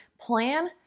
plan